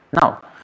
Now